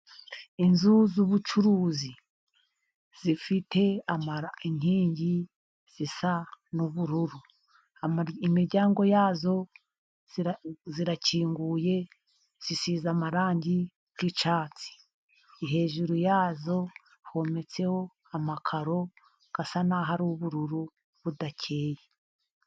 Inzu z'ubucuruzi zifite amara inkingi zisa n'ubururu, imiryango yazo irakinguye, zisize amarangi y'icyatsi, hejuru yazo hometseho amakaro asa n'ubururu budakeye.